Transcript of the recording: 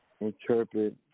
interpret